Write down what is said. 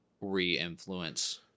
re-influence